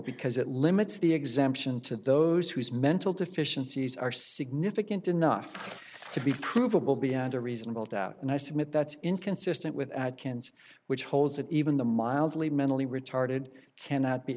because it limits the exemption to the those whose mental deficiencies are significant enough to be provable beyond a reasonable doubt and i submit that's inconsistent with kins which holds that even the mildly mentally retarded cannot be